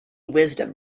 wisdom